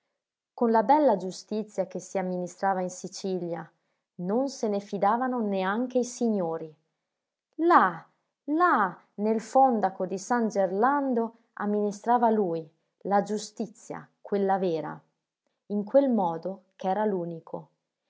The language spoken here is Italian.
con la bella giustizia che si amministrava in sicilia non se ne fidavano neanche i signori là là nel fondaco di san gerlando amministrava lui la giustizia quella vera in quel modo ch'era